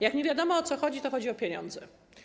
Jak nie wiadomo, o co chodzi, to chodzi o pieniądze.